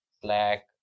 Slack